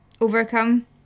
overcome